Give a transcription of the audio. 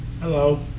Hello